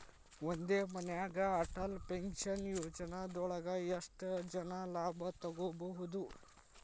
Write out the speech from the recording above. ಒಂದೇ ಮನ್ಯಾಗ್ ಅಟಲ್ ಪೆನ್ಷನ್ ಯೋಜನದೊಳಗ ಎಷ್ಟ್ ಜನ ಲಾಭ ತೊಗೋಬಹುದು?